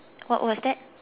what was that